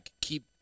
keep